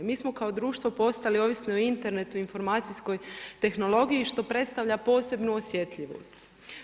Mi smo kao društvo postali ovisni o internetu, informacijskoj tehnologiji, što predstavlja posebnu osjetljivost.